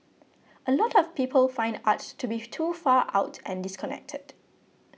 a lot of people find art to be too far out and disconnected